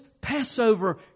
Passover